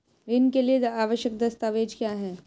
ऋण के लिए आवश्यक दस्तावेज क्या हैं?